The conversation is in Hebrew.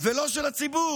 ולא של הציבור.